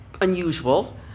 unusual